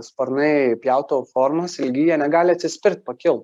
sparnai pjautuvo formos ilgi jie negali atsispirt pakilt